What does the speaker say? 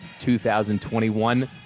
2021